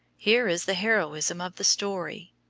here is the heroism of the story.